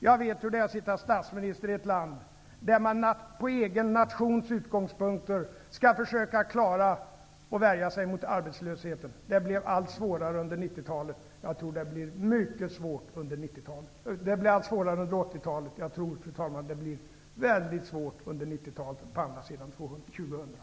Jag vet hur det är att sitta som statsminister i ett land där man från den egna nationens utgångspunkter skall försöka värja sig mot arbetslösheten. Det blev allt svårare under 80-talet, och jag tror, fru talman, att det blir mycket svårt under 90-talet och på andra sidan om år 2000.